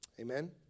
Amen